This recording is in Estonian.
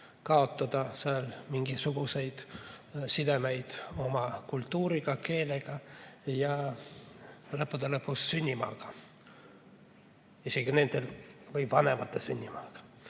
kaotada mingisuguseid sidemeid oma kultuuriga, keelega ja lõppude lõpuks sünnimaaga – nende või vanemate sünnimaaga.